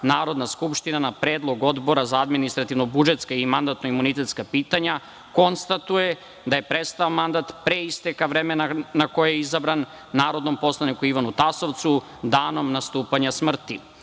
Narodna skupština, na predlog Odbora za administrativno-budžetska i mandatno imunitetska pitanja konstatuje da je prestao mandat pre isteka vremena na koje je izabran, narodnom poslaniku Ivanu Tasovcu, danom nastupanja